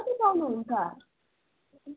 कति पाउनुहुन्छ